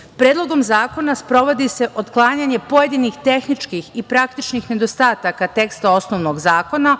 drugo. Predlogom zakona sprovodi se otklanjanje pojedinih tehničkih i praktičnih nedostataka teksta osnovnog zakona,